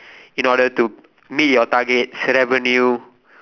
in order to meet your target's revenue